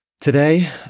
today